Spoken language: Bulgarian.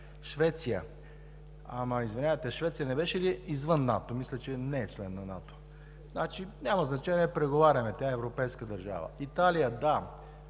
Швеция. Извинявайте, Швеция не беше ли извън НАТО? Мисля, че не е член на НАТО. Няма значение, преговаряме. Тя е европейска държава. Италия – да,